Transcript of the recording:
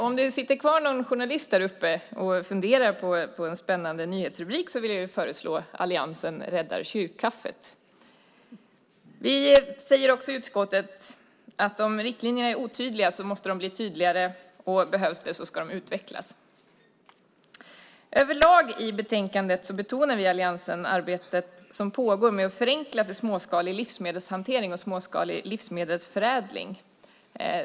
Om det sitter kvar någon journalist där uppe på läktaren och funderar över en spännande nyhetsrubrik vill jag föreslå "Alliansen räddar kyrkkaffet"! Vi säger också i utskottet att om riktlinjerna är otydliga så måste de bli tydligare, och behövs det så ska de utvecklas. Överlag i betänkandet betonar vi i alliansen det arbete som pågår med att förenkla för småskalig livsmedelshantering och småskalig livsmedelsförädling.